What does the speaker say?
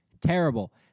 terrible